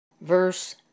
Verse